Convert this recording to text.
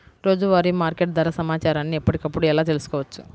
రోజువారీ మార్కెట్ ధర సమాచారాన్ని ఎప్పటికప్పుడు ఎలా తెలుసుకోవచ్చు?